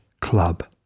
club